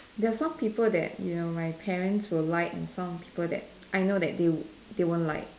there are some people that you know my parents will like and some people that I know that they they won't like